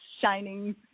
shining